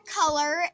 color